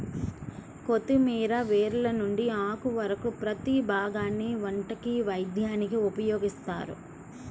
కొత్తిమీర వేర్ల నుంచి ఆకు వరకు ప్రతీ భాగాన్ని వంటకి, వైద్యానికి ఉపయోగిత్తారు